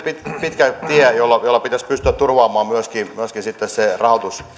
pitkä tie jolla pitäisi myöskin pystyä turvaamaan se rahoitus